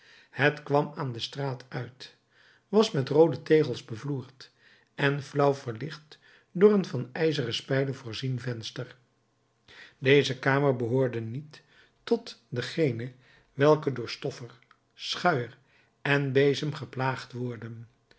het kwam aan de straat uit was met roode tegels bevloerd en flauw verlicht door een van ijzeren spijlen voorzien venster deze kamer behoorde niet tot degene welke door stoffer schuier en bezem geplaagd worden